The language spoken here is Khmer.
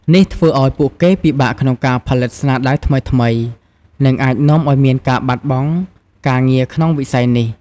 នេះធ្វើឱ្យពួកគេពិបាកក្នុងការផលិតស្នាដៃថ្មីៗ និងអាចនាំឱ្យមានការបាត់បង់ការងារក្នុងវិស័យនេះ។